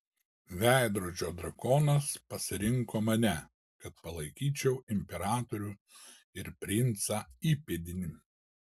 veidrodžio drakonas pasirinko mane kad palaikyčiau imperatorių ir princą įpėdinį